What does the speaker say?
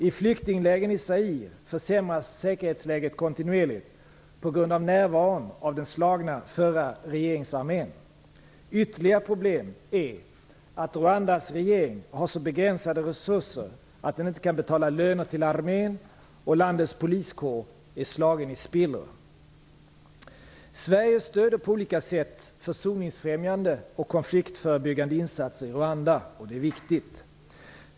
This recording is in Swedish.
I flyktinglägren i Zaire försämras säkerhetsläget kontinuerligt på grund av närvaron av den slagna förra regeringsarmén. Ytterligare problem är att Rwandas regering har så begränsade resurser att den inte kan betala löner till armén, och landets poliskår är slagen i spillror. Sverige stöder på olika sätt försoningsfrämjande och konfliktförebyggande insatser i Rwanda, och det är viktigt.